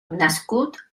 nascut